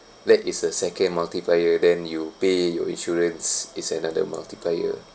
that is the second multiplier then you pay your insurance is another multiplier